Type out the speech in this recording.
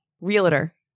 Realtor